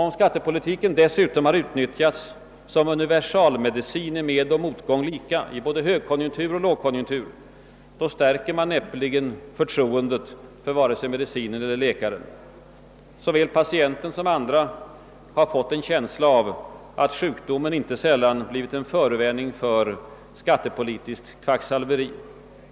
Om skattepolitiken dessutom har utnyttjats som universalmedicin i medoch motgång lika — i både högoch lågkonjunktur — stärker man näppeligen förtroendet för vare sig medicinen eller läkaren. Såväl patienten som andra har fått en känsla av att sjukdomen inte sällan blivit en förevändning för skattepolitiskt kvacksalveri.